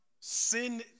Sin